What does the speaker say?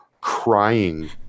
crying